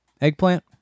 eggplant